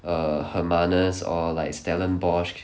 err hermanus or like stellenbosch